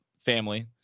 family